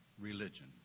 religion